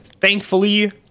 thankfully